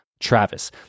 travis